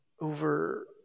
over